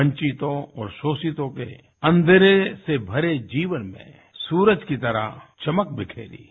वंचितों और शोषितों के अंधेरे से भरे जीवन में लिए सूरज की तरह चमक बखेरी है